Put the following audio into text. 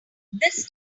this